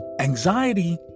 Anxiety